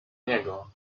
niego